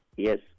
Yes